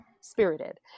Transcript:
spirited